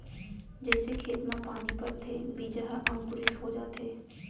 जइसे खेत म पानी परथे बीजा ह अंकुरित हो जाथे